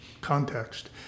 context